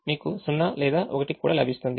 మీకు 0 లేదా 1 లభిస్తుంది